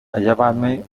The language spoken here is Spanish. hallábame